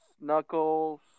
Knuckles